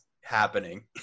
happening